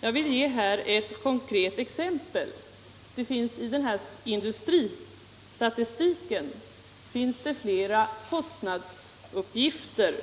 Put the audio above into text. Jag vill ge ett konkret exempel på detta: I industristatistiken från företagen finns det flera kostnadsuppgifter